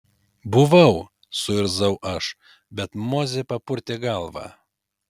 buvau suirzau aš bet mozė papurtė galvą